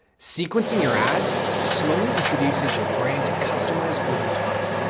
sequencing your ads slowly introduces your brand to customers over time.